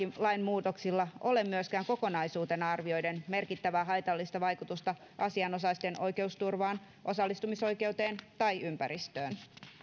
lainmuutoksilla ole myöskään kokonaisuutena arvioiden merkittävää haitallista vaikutusta asianosaisten oikeusturvaan osallistumisoikeuteen tai ympäristöön